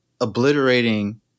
obliterating